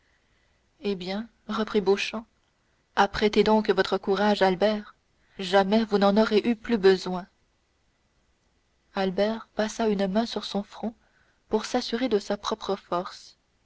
eh bien reprit beauchamp apprêtez donc votre courage albert jamais vous n'en aurez eu plus besoin albert passa une main sur son front pour s'assurer de sa propre force